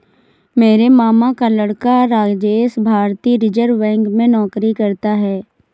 मेरे मामा का लड़का राजेश भारतीय रिजर्व बैंक में नौकरी करता है